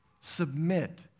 Submit